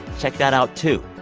check that out, too